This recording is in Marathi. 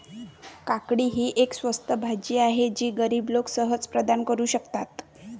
काकडी ही एक स्वस्त भाजी आहे जी गरीब लोक सहज प्रदान करू शकतात